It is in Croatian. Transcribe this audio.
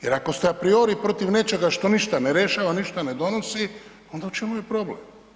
Jer, ako ste apriori protiv nečega što ništa ne rješava, ništa ne donosi, onda u čemu je problem?